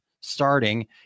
starting